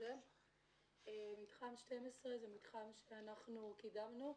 מתחם 12 זה מתחם שאנחנו קידמנו,